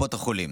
קופות החולים.